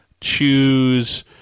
choose